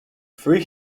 free